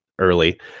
early